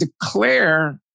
declare